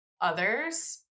others